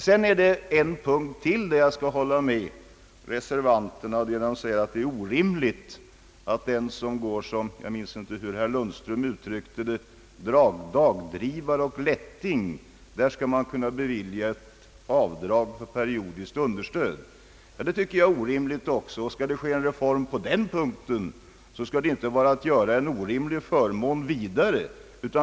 Det är ytterligare en punkt, där jag ansluter mig till reservanterna, nämligen att det är orimligt — jag vill minnas att herr Lundström uttryckte det så — att när någon går som dagdrivare och lätting skall man kunna bevilja ett avdrag för periodiskt understöd. Det tycker jag också är orimligt. Skall det ske en reform på denna punkt, skall man inte göra en orimlig förmån vidare.